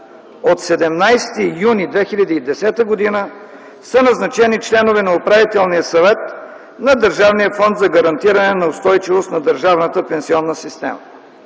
– 17 юни 2010 г., са назначени членове на Управителният съвет на Държавния фонд за гарантиране на устойчивост на държавната пенсионна система.